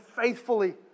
faithfully